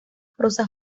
prosa